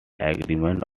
agreement